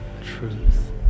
truth